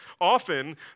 often